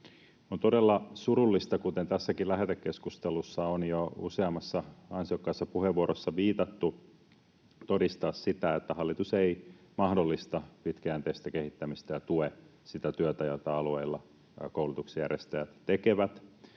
On todella surullista, kuten tässäkin lähetekeskustelussa on jo useammassa ansiokkaassa puheenvuorossa viitattu, todistaa sitä, että hallitus ei mahdollista pitkäjänteistä kehittämistä ja tue sitä työtä, jota alueilla koulutuksen järjestäjät tekevät.